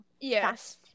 Yes